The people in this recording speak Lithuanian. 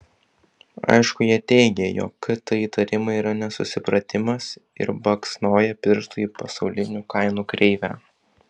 aišku jie teigia jog kt įtarimai yra nesusipratimas ir baksnoja pirštu į pasaulinių kainų kreivę